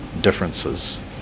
differences